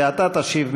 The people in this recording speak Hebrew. ואתה תשיב,